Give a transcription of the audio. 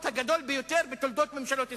הגדול ביותר בתולדות ממשלות ישראל.